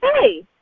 Hey